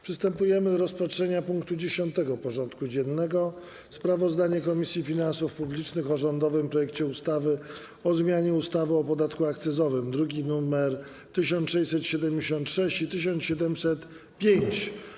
Przystępujemy do rozpatrzenia punktu 10. porządku dziennego: Sprawozdanie Komisji Finansów Publicznych o rządowym projekcie ustawy o zmianie ustawy o podatku akcyzowym (druki nr 1673 i 1705)